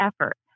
effort